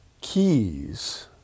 keys